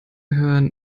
hören